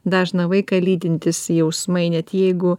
dažną vaiką lydintys jausmai net jeigu